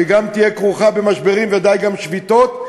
שתהיה גם כרוכה במשברים ובוודאי גם שביתות,